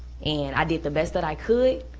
and i did the best that i could,